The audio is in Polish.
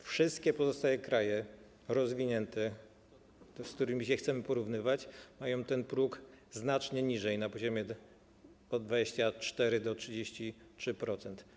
Wszystkie pozostałe kraje rozwinięte, z którymi chcemy się porównywać, mają ten próg znacznie niższy, na poziomie od 24% do 33%.